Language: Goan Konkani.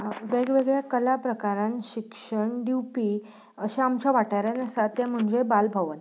वेग वेगळ्या कला प्रकारांत शिक्षण दिवपी अशें आमच्या वाठारांत आसा तें म्हणजें बालभवन